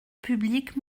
public